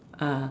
uh